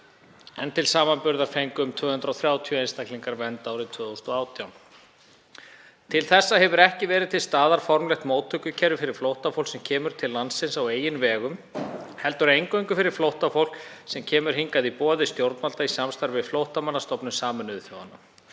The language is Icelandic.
en til samanburðar fengu um 230 einstaklingar vernd árið 2018. Til þessa hefur ekki verið til staðar formlegt móttökukerfi fyrir flóttafólk sem kemur til landsins á eigin vegum heldur eingöngu fyrir flóttafólk sem kemur hingað í boði stjórnvalda í samstarfi við Flóttamannastofnun Sameinuðu þjóðanna,